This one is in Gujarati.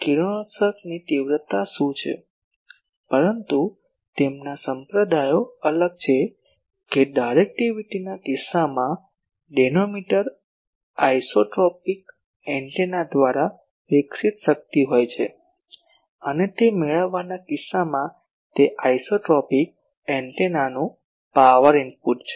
કિરણોત્સર્ગની તીવ્રતા શું છે પરંતુ તેમના સંપ્રદાયો અલગ છે કે ડાયરેક્ટિવિટીના કિસ્સામાં ડિનોમિનેટર આઇસોટ્રોપિક એન્ટેના દ્વારા વિકસિત શક્તિ હોય છે અને તે ગેઇનના કિસ્સામાં તે આઇસોટ્રોપિક એન્ટેનાનું પાવર ઇનપુટ છે